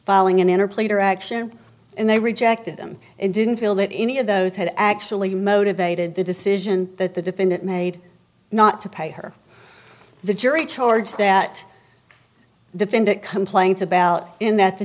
filing an inner plater action and they rejected them and didn't feel that any of those had actually motivated the decision that the defendant made not to pay her the jury charge that defendant complains about in that the